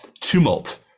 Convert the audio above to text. tumult